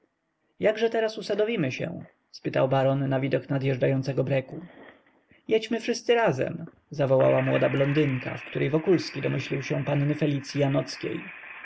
jakże teraz usadowimy się spytał baron na widok nadjeżdżającego breku jedźmy wszyscy razem zawołała młoda blondynka w której wokulski domyślił się panny felicyi janockiej bo